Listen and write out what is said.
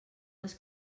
les